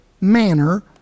manner